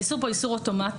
האיסור כאן הוא איסור אוטומטי,